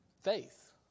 faith